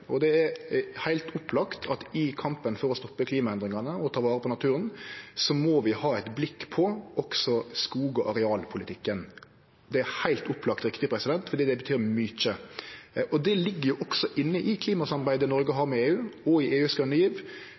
Det er heilt opplagt at i kampen for å stoppe klimaendringane og ta vare på naturen må vi ha eit blikk på også skog- og arealpolitikken. Det er heilt opplagt riktig, fordi det betyr mykje. Det ligg også inne i klimasamarbeidet Noreg har med EU, og i EUs grøne